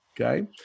okay